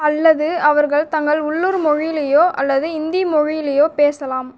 அல்லது அவர்கள் தங்கள் உள்ளூர் மொழியிலையோ அல்லது இந்தி மொழியிலையோ பேசலாம்